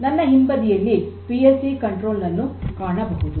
ನನ್ನ ಹಿಂಬದಿಯಲ್ಲಿ P L C control ನನ್ನು ಕಾಣಬಹುದು